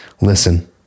Listen